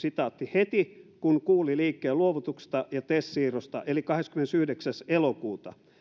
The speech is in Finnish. heti kun kuuli liikkeenluovutuksesta ja tes siirrosta eli kahdeskymmenesyhdeksäs elokuuta